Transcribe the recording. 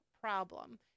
problem